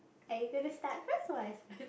are you going to start first or I start